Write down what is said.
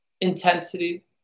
intensity